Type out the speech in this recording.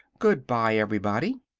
good-bye, everybody!